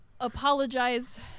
apologize